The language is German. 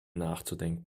nachzudenken